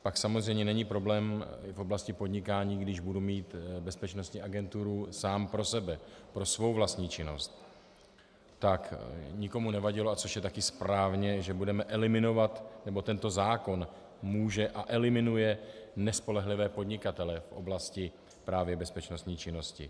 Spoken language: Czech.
Pak samozřejmě není problém v oblasti podnikání, když budu mít bezpečnostní agenturu sám pro sebe, pro svou vlastní činnost, tak nikomu nevadilo, což je také správně, že budeme eliminovat, nebo tento zákon může a eliminuje nespolehlivé podnikatele v oblasti právě bezpečnostní činnosti.